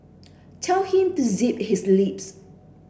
tell him to zip his lips